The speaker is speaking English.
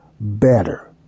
better